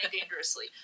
Dangerously